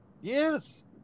Yes